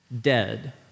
Dead